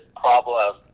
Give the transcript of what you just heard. problem